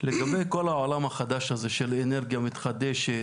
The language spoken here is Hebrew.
לגבי כל העולם החדש הזה של אנרגיה מתחדשת,